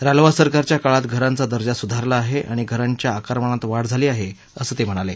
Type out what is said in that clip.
रालोआ सरकारच्या काळात घरांचा दर्जा सुधारला आहे आणि घरांच्या आकारमानात वाढ झाली आहे असं ते म्हणाले